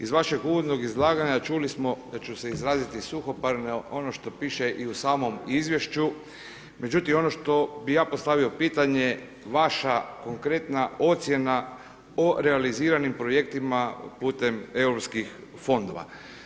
Iz vašeg uvodnog izlaganja, čuli smo, ja ću se izraziti suhoparno, ono što piše i u samom izvješću, međutim, ono što bih ja postavio pitanje, vaša konkretna ocjena o realiziranim projektima putem EU fondova.